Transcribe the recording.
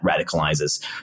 radicalizes